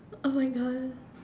oh my god